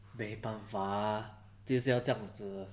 没办法 ah 就是要这样子的